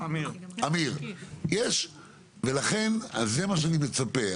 זה מה שאני מצפה.